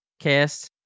cast